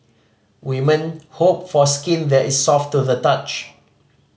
women hope for skin that is soft to the touch